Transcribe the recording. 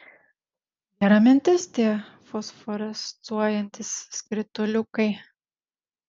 gera mintis tie fosforescuojantys skrituliukai